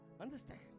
understand